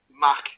Mac